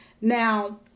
Now